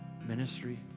ministry